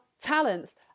talents